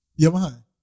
Yamaha